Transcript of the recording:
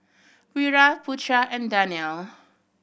Wira Putra and Danial